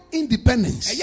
independence